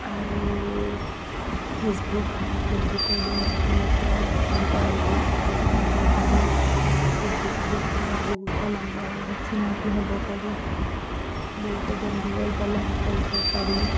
আৰু ফেচবুক ফেচবুকৰ দুনিয়াখনতো বহুতো নজনা কথা জানিব পাৰি ফেচবুকটোতো বহুতো মানুহৰ লগত চিনাকি হ'ব পাৰি বহুতো বন্ধুবৰ্গ লাভ কৰিব পাৰি